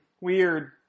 weird